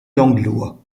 langlois